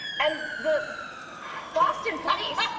and the boston police